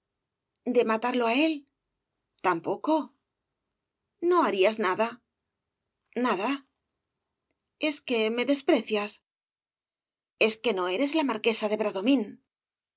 de matarlo á él tampoco no harías nada nada es que me desprecias es que no eres la marquesa de bradomín